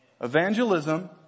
Evangelism